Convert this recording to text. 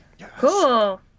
Cool